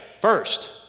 first